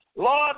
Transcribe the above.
Lord